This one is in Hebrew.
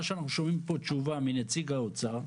מה שאנחנו שומעים פה תשובה מנציג האוצר,